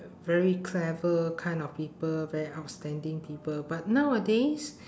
very clever kind of people very outstanding people but nowadays